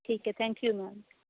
ਠੀਕ ਹੈ thank you ma'am